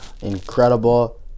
Incredible